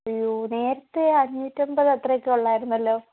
അയ്യോ നേരത്തെ അഞ്ഞൂറ്റമ്പത് അത്രയൊക്കെയേ ഉള്ളായിരുന്നല്ലോ